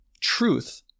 truth